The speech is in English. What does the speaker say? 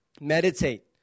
Meditate